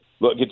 Look